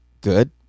good